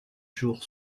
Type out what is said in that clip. jours